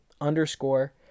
underscore